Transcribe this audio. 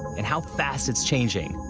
and how fast it's changing.